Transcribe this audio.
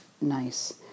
nice